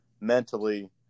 mentally